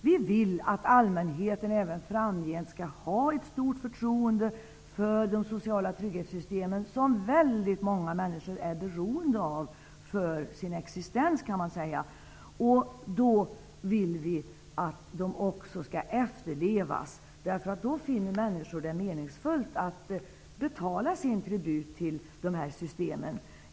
Vi vill att allmänheten även framgent skall ha ett stort förtroende för de sociala trygghetssystemen, vilka väldigt många människor är beroende av för sin existens, kan man säga. Då är det viktigt att reglerna efterlevs för att människor skall finna det meningsfullt att betala sin tribut till dessa system.